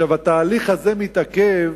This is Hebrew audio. התהליך הזה מתעכב